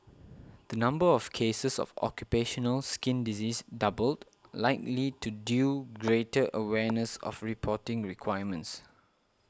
the number of cases of occupational skin disease doubled likely to due greater awareness of reporting requirements